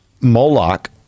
Moloch